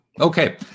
Okay